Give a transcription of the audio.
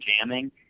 jamming